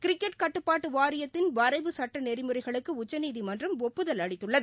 cricket காட்டுபாட்டுவாரியத்தின் வரைவு சட்டநெறிமுறைகளுக்குஉச்சநீதிமன்றம் ஒப்புதல் அளித்துள்ளது